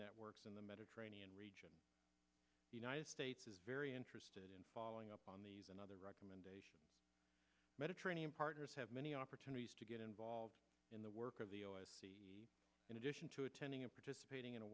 networks in the mediterranean region united states is very interested in following up on these and other recommendations mediterranean partners have many opportunities to get involved in the work of the sea in addition to attending and participating in a